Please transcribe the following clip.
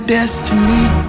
Destiny